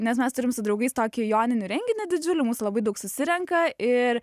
nes mes turim su draugais tokį joninių renginį didžiulį mūsų labai daug susirenka ir